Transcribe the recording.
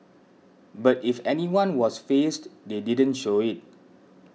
but if anyone was fazed they didn't show it